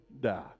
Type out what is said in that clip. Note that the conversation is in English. die